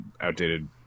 outdated